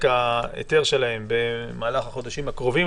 ההיתר שלהם במהלך החודשים הקרובים,